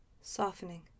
softening